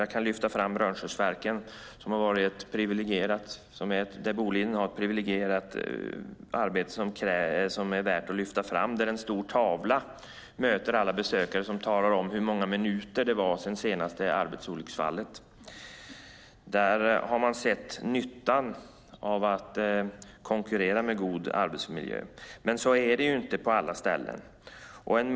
Jag kan lyfta fram Rönnskärsverken där Boliden har ett arbete som är värt att lyfta fram. På en stor tavla som möter besökarna talar man om hur många minuter det har gått sedan det senaste arbetsolycksfallet. Man har sett nyttan av att konkurrera med god arbetsmiljö. Så är det inte på alla ställen.